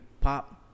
pop